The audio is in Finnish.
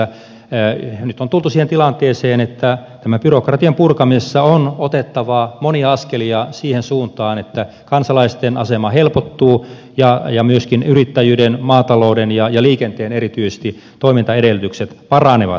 nyt on tultu siihen tilanteeseen että byrokratian purkamisessa on otettava monia askelia siihen suuntaan että kansalaisten asema helpottuu ja myöskin yrittäjyyden maatalouden ja erityisesti liikenteen toimintaedellytykset paranevat